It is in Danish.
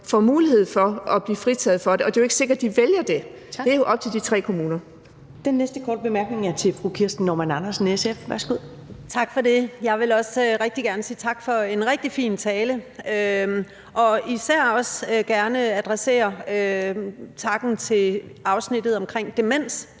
får mulighed for at blive fritaget for det. Og det er jo ikke sikkert, de vælger det. Det er jo op til de tre kommuner.